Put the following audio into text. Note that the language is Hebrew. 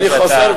כי אתה,